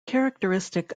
characteristic